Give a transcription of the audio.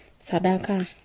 Sadaka